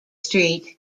street